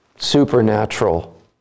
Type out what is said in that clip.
Supernatural